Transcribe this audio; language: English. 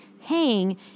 hang